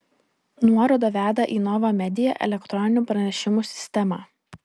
nuoroda veda į nova media elektroninių pranešimų sistemą